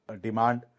demand